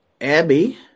Abby